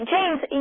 James